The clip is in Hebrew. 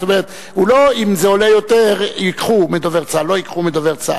זאת אומרת, אם זה עולה יותר, לא ייקחו מדובר צה"ל.